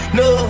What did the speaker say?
no